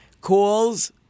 calls